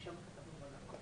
שביקש לדבר עוד בחלקו